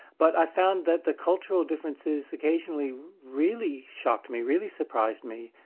but i found that the cultural differences occasionally really shocked me, really surprised me,